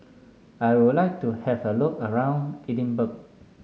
I would like to have a look around Edinburgh